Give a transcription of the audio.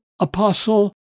apostle